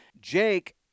Jake